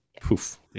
Poof